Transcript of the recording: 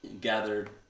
gathered